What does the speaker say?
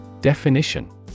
Definition